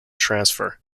transfer